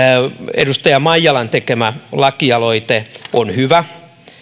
edustaja maijalan tekemä lakialoite on hyvä